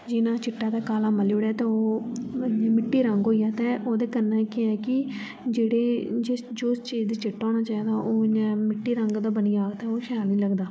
जिन्ना चिट्टा ते काला मली ओड़ेआ ते ओह मिट्टी रंग होई जन्दा ऐ ते ओह्दे कन्नै केह् ऐ कि जेह्ड़े जिस जो जिस चीज गी चिट्टा होना चाहिदा ओह् इयां मिट्टी रंग दा बनी जा ते ओह् शैल नीं लगदा